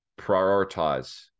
prioritize